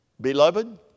Beloved